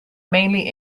mainly